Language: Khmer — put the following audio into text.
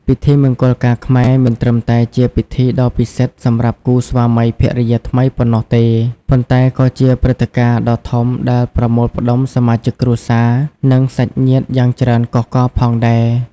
ពិធីមង្គលការខ្មែរ មិនត្រឹមតែជាពិធីដ៏ពិសិដ្ឋសម្រាប់គូស្វាមីភរិយាថ្មីប៉ុណ្ណោះទេ ប៉ុន្តែក៏ជាព្រឹត្តិការណ៍ដ៏ធំដែលប្រមូលផ្តុំសមាជិកគ្រួសារ និងសាច់ញាតិយ៉ាងច្រើនកុះករផងដែរ។